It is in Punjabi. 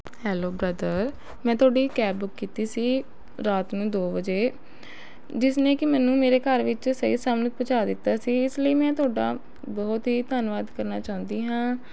ਹੈਲੋ ਬਰੱਦਰ ਮੈਂ ਤੁਹਾਡੀ ਕੈਬ ਬੁੱਕ ਕੀਤੀ ਸੀ ਰਾਤ ਨੂੰ ਦੋ ਵਜੇ ਜਿਸ ਨੇ ਕਿ ਮੈਨੂੰ ਮੇਰੇ ਘਰ ਵਿੱਚ ਸਹੀ ਸਲਾਮਤ ਪਹੁੰਚਾ ਦਿੱਤਾ ਸੀ ਇਸ ਲਈ ਮੈਂ ਤੁਹਾਡਾ ਬਹੁਤ ਹੀ ਧੰਨਵਾਦ ਕਰਨਾ ਚਾਹੁੰਦੀ ਹਾਂ